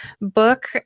book